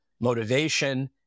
motivation